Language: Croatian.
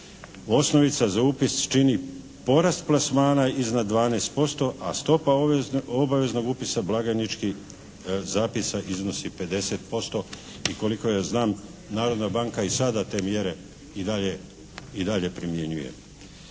Osnovica za upis čini porast plasmana iznad 12%, a stopa obaveznog upisa blagajničkih zapisa iznosi 50% i koliko ja znam Narodna banka i sada te mjere i dalje primjenjuje.